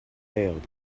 prevailed